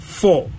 four